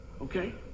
okay